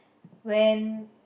when